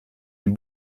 den